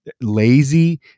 lazy